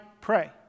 pray